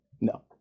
No